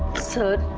sir,